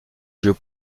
jeux